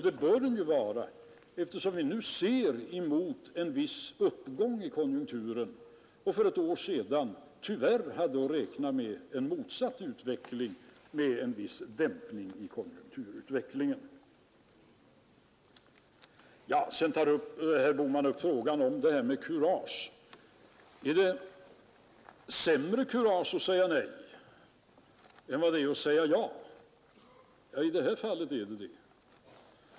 Det bör den vara, eftersom vi nu ser fram emot en viss uppgång i konjunkturerna och för ett år sedan tyvärr hade att räkna med en motsatt utveckling med en viss dämpning av konjunkturerna. Sedan tar herr Bohman upp frågan om kurage: Är det sämre kurage att säga nej än att säga ja? I detta fall är det det.